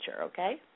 okay